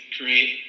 create